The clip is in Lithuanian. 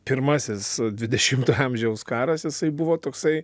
pirmasis dvidešimtojo amžiaus karas jisai buvo toksai